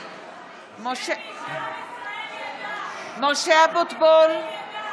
שעם ישראל ידע, שעם ישראל ידע